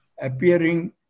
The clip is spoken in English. appearing